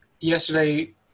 Yesterday